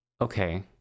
Okay